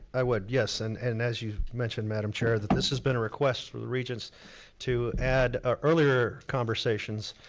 i would, yes! and and as you've mentioned madam chair that this has been a request for the regents to add our earlier conversations,